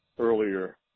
earlier